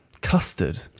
custard